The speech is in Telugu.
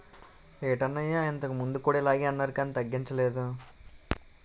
ఏటన్నయ్యా ఇంతకుముందు కూడా ఇలగే అన్నారు కానీ తగ్గించలేదు